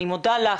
אני מודה לך,